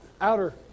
outer